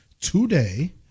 today